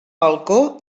balcó